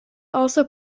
also